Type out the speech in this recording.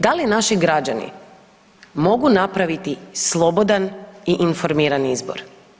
Da li naši građani mogu napraviti slobodan i informiran izbor?